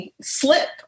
slip